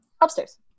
Upstairs